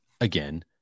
again